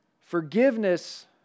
Forgiveness